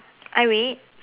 I wait